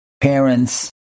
parents